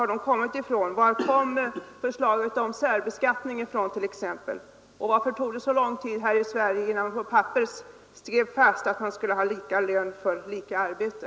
Varifrån kom t.ex. förslaget om särbeskattning? Och varför tog det så lång tid innan vi här i Sverige slog fast att kvinnorna skulle ha lika lön för lika arbete?